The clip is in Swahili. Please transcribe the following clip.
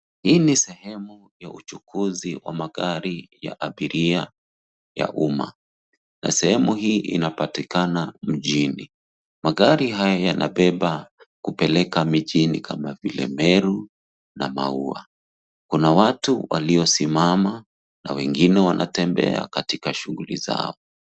Hii ni sehemu ya uchukuzi wa magari ya abiria ya umma, na sehemu hii inapatikana mjini. Magari haya yanabeba kupeleka mijini kama vile Meru na Maua. Kuna watu waliosimama na wengi wanatembea katika shughuli zao.